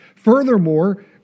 Furthermore